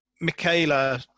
Michaela